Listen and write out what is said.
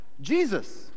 Jesus